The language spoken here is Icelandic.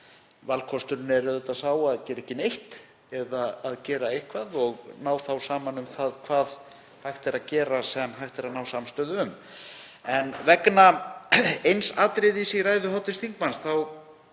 Valkosturinn er sá að gera ekki neitt eða að gera eitthvað og ná þá saman um það hvað hægt er að gera sem hægt er að ná samstöðu um. Vegna eins atriðis í ræðu hv. þingmanns